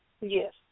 Yes